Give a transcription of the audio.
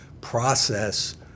process